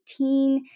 2018